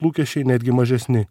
lūkesčiai netgi mažesni